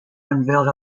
unveiled